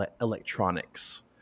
electronics